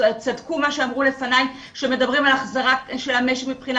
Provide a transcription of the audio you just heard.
צדקו מה שאמרו לפניי שמדברים על החזרת המשק מבחינה